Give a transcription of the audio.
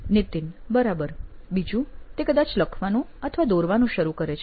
નીતિન બરાબર બીજું તે કદાચ લખવાનું અથવા દોરવાનું શરુ કરે છે